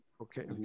Okay